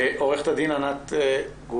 יו"ר הרשות לניירות ערך, ענת גואטה,